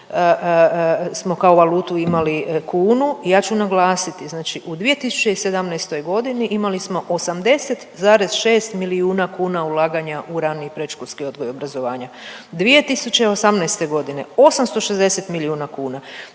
smo kao valutu imali kunu i ja ću naglasiti, znači u 2017.g. imali smo 80,6 milijuna kuna ulaganja u rani i predškolski odgoj i obrazovanje, 2018.g. 860 milijuna kuna,